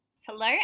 Hello